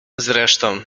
zresztą